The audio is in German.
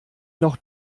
noch